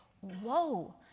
whoa